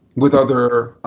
with other